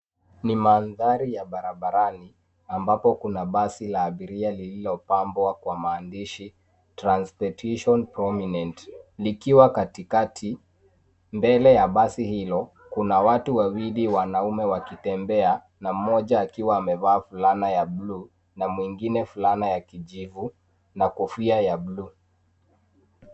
Ni mandhari ya barabarani ambapo kuna basi la abiria lililopambwa kwa maandishi trans petition prominent likiwa katikati. Mbele ya basi hilo, kuna watu wawili wanaume wakitembea na mmoja akiwa amevaa fulana ya buluu na mwengine fulana ya kijivu na kofia ya buluu.